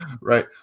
right